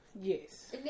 Yes